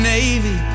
Navy